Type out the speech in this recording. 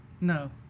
No